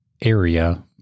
area